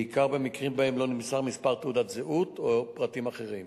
בעיקר במקרים שבהם לא נמסרו מספר תעודת זהות או פרטים אחרים.